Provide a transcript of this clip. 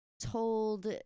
told